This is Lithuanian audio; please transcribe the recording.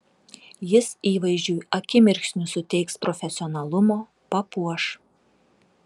jis įvaizdžiui akimirksniu suteiks profesionalumo papuoš